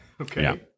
Okay